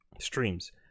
streams